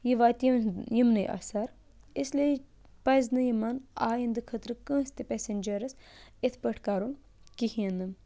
یہِ واتہِ یِم یِمنٕے اَثَر اِسلیے پَزِ نہٕ یِمَن آیِندٕ خٲطرٕ کٲنٛسہِ تہِ پٮ۪سٮ۪نجَرَس یِتھ پٲٹھۍ کَرُن کِہیٖنۍ نہٕ